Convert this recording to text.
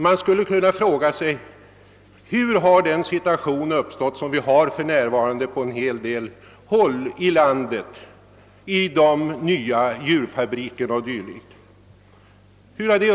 Man skulle kunna fråga sig, hur den situation uppstått som vi för närvarande har i de nya djurfabrikerna på många håll i landet.